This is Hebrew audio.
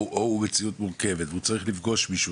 אם הוא צריך לפגוש מישהו,